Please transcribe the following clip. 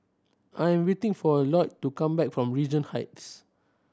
I am waiting for Lloyd to come back from Regent Heights